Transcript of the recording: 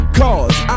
cause